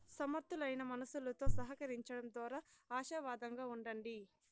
సమర్థులైన మనుసులుతో సహకరించడం దోరా ఆశావాదంగా ఉండండి